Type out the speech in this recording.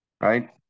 right